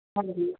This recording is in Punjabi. ਹਾਂਜੀ